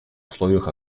условиях